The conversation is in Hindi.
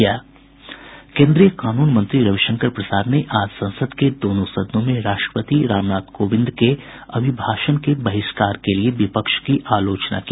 केन्द्रीय कानून मंत्री रविशंकर प्रसाद ने आज संसद के दोनों सदनों में राष्ट्रपति रामनाथ कोविंद के अभिभाषण के बहिष्कार के लिए विपक्ष की आलोचना की